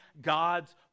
God's